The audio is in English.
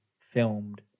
filmed